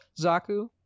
zaku